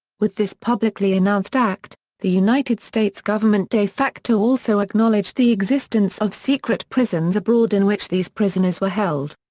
with this publicly announced act, the united states government de facto also acknowledged the existence of secret prisons abroad in which these prisoners were held.